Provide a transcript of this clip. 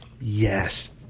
Yes